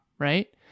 right